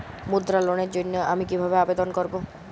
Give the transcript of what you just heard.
মুদ্রা লোনের জন্য আমি কিভাবে আবেদন করবো?